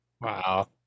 Wow